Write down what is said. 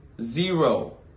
Zero